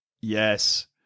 Yes